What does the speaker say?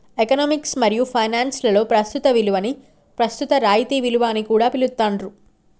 economics మరియు finance లలో ప్రస్తుత విలువని ప్రస్తుత రాయితీ విలువ అని కూడా పిలుత్తాండ్రు